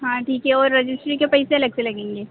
हाँ ठीक है और रजिस्ट्री के पैसे अलग से लगेंगे